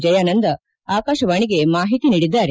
ಜಯಾನಂದ ಆಕಾಶವಾಣಿಗೆ ಮಾಹಿತಿ ನೀಡಿದ್ದಾರೆ